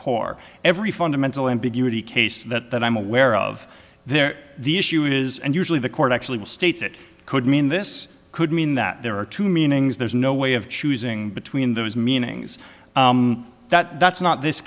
core every fundamental ambiguity case that i'm aware of there the issue is and usually the court actually will states it could mean this could mean that there are two meanings there's no way of choosing between those meanings that that's not this